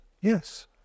Yes